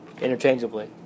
interchangeably